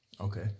Okay